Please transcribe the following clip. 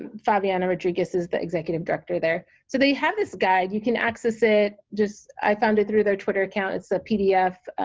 fabiana rodriguez is the executive director there. so they have this guide, you can access it just i found it through their twitter account, it's a pdf,